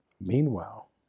Meanwhile